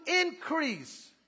increase